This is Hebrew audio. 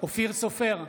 אופיר סופר,